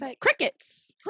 Crickets